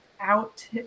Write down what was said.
out